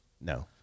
No